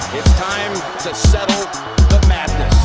time seven madness